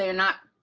ah not.